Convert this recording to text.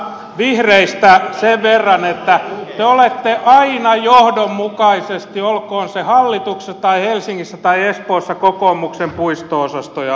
vihreistä sen verran että te olette aina johdonmukaisesti olkoon se hallituksessa tai helsingissä tai espoossa kokoomuksen puisto osasto ja apupuolue